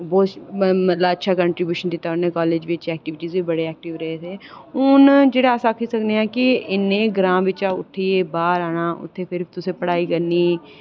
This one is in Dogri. बहुत मतलब उनें कंट्रीव्यूशन दित्ता उनें कॉलेज़ बिच बड़े एक्टिव रेह दे हून जेह्ड़ा अस आक्खी सकने थोह्ड़े जेहा कि इन्ने ग्रांऽ बिच्चा उट्ठियै बाहर आना उत्थें भी पढ़ाई करनी